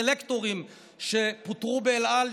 סלקטורים שפוטרו באל על,